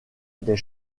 des